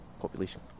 population